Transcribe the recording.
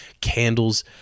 candles